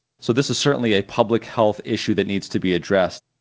so this is certainly a public health issue that needs to be addressed.